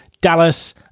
Dallas